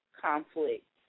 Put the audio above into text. conflict